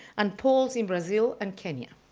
and polls in brazil and kenya.